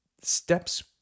steps